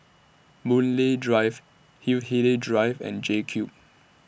Boon Lay Drive Hindhede Drive and JCube